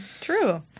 True